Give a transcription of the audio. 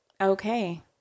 Okay